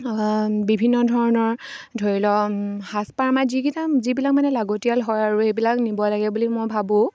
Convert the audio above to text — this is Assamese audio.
বিভিন্ন ধৰণৰ ধৰি লওক সাজপাৰ আমাৰ যিকেইটা যিবিলাক মানে লাগতিয়াল হয় আৰু এইবিলাক নিব লাগে বুলি মই ভাবোঁ